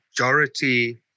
majority